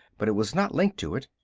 but it was not linked to it.